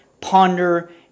ponder